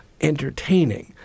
entertaining